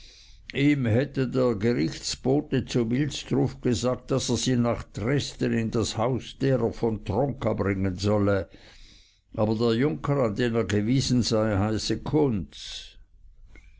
ihm hätte der gerichtsbote aus wilsdruf gesagt daß er sie nach dresden in das haus derer von tronka bringen solle aber der junker an den er gewiesen sei heiße kunz